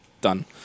done